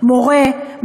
מורה,